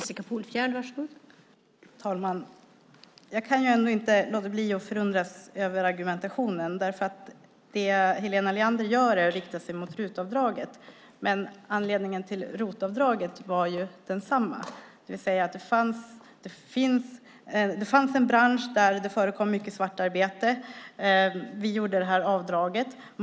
Fru talman! Jag kan inte låta bli att förundras över argumentationen. Helena Leander riktar sig nämligen mot RUT-avdraget. Men anledningen till ROT-avdraget var ju densamma. Det fanns alltså en bransch där det förekom mycket svartarbete. Vi genomförde det här avdraget.